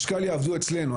משכ"ל יעבדו אצלנו.